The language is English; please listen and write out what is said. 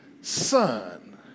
son